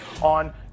on